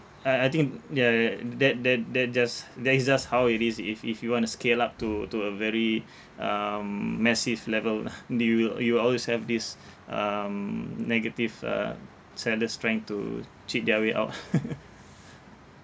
I I think ya ya that that that just that is just how it is if if you want to scale up to to a very um massive level lah they will you will always have this um negative uh seller strength to cheat their way out